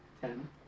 Ten